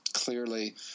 clearly